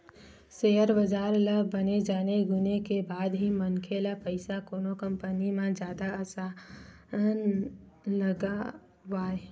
share बजार ल बने जाने गुने के बाद ही मनखे ल पइसा कोनो कंपनी म जादा असन लगवाय